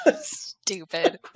Stupid